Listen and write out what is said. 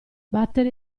battere